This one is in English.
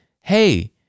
hey